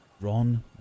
Ron